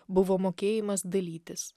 buvo mokėjimas dalytis